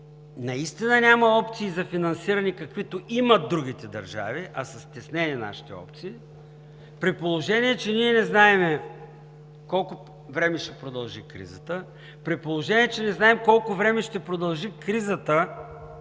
наистина няма опции за финансиране, каквито имат другите държави, а са стеснени нашите опции; при положение че ние не знаем колко време ще продължи кризата; при положение че не знаем колко време ще продължи кризата